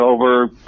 over